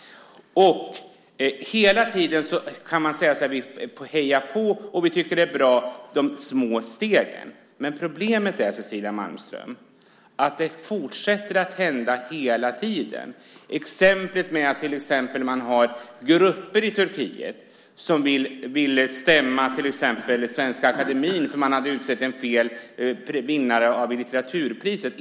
Hela tiden hejar vi på de små stegen och tycker att de är bra, men problemet är, Cecilia Malmström, att detta fortsätter att hända hela tiden. Till exempel finns det grupper i Turkiet som vill stämma Svenska Akademien för att man utsett fel vinnare av litteraturpriset.